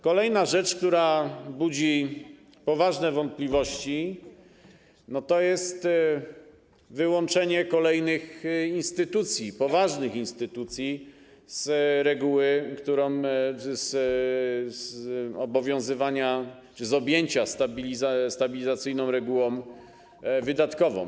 Kolejna rzecz, która budzi poważne wątpliwości, to jest wyłączenie kolejnych instytucji, poważnych instytucji z obowiązywania czy z objęcia stabilizacyjną regułą wydatkową.